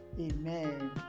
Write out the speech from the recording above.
Amen